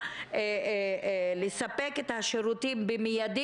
כמה בתי החולים מוכנים ועד כמה כל מקום הוא מוגן,